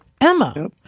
Emma